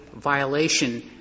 violation